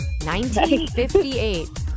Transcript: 1958